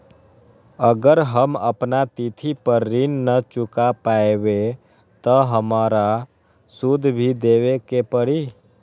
अगर हम अपना तिथि पर ऋण न चुका पायेबे त हमरा सूद भी देबे के परि?